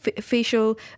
facial